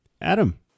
Adam